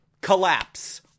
collapse